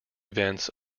events